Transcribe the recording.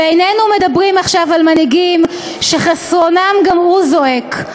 ואיננו מדברים עכשיו על מנהיגים שחסרונם גם הוא זועק.